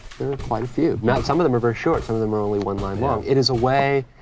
there are quite a few. not, some of them are very short. some of them are only one line long. it is a way,